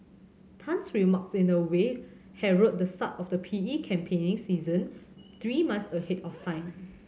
Tan's remarks in a way herald the start of the P E campaigning season three months ahead of time